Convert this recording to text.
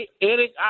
Eric